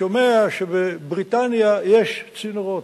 שומע שבבריטניה יש צינורות,